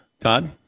Todd